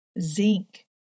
zinc